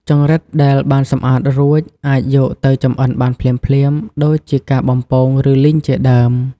ចង្រិតដែលបានសម្អាតរួចអាចយកទៅចម្អិនបានភ្លាមៗ ដូចជាការ បំពង ឬលីងជាដើម។